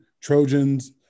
trojans